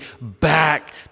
back